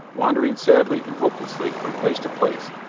wandering sadly and hopelessly from place to place,